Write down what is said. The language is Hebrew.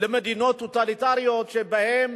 למדינות טוטליטריות, שבהן